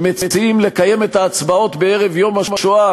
שמציעים לקיים את ההצבעות בערב יום השואה,